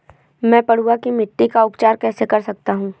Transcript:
मैं पडुआ की मिट्टी का उपचार कैसे कर सकता हूँ?